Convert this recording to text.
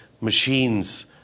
machines